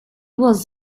was